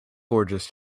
gorgeous